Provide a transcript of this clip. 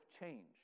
change